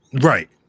Right